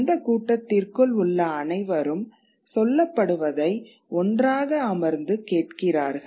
அந்த கூட்டத்திற்குள் உள்ள அனைவரும் சொல்லப்படுவதை ஒன்றாக அமர்ந்து கேட்கிறார்கள்